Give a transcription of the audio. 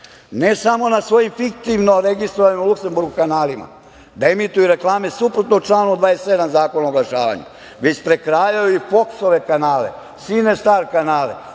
samo na svojim fiktivno registrovanim Luksemburg kanalima da emituju reklame suprotno članu 27. Zakona o oglašavanju, već prekrajaju i Foksove kanale, Cinestar kanale,